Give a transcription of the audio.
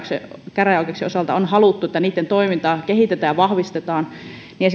käräjäoikeuksien osalta on haluttu että niitten toimintaa kehitetään ja